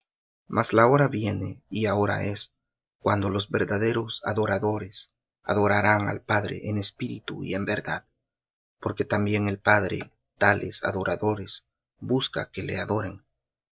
mas la hora viene y ahora es cuando los verdaderos adoradores adorarán al padre en espíritu y en verdad porque también el padre tales adoradores busca que le adoren